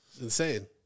Insane